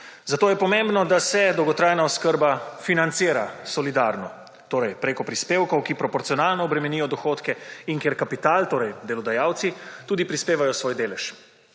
Zato je pomembno, da se dolgotrajna oskrba financira solidarno, torej preko prispevkov, ki proporcionalno bremenijo dohodke, in kjer kapital, torej delodajalci, tudi prispevajo svoj delež.